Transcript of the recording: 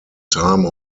time